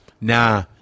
Nah